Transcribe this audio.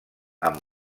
amb